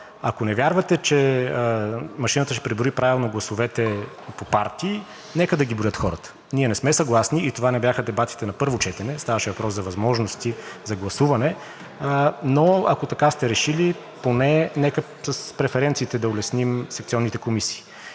Ако не вярвате, че машината ще преброи правилно гласовете по партии, нека да ги броят хората. Ние не сме съгласни и това не бяха дебатите на първо четене. Ставаше въпрос за възможности за гласуване, но ако така сте решили, поне нека с преференциите да улесним секционните комисии.